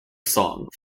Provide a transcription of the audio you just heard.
song